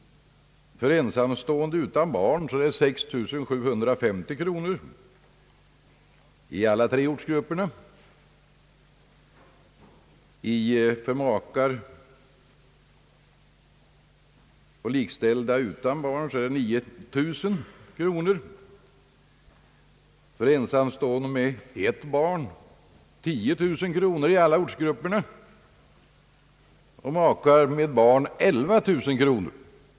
För ensamstående utan barn är detta belopp 6 750 kronor i alla tre ortsgrupperna, för makar och likställda utan barn är det 9 000 kronor, för ensamstående med ett barn 10000 kronor och för makar med barn 11000 kronor.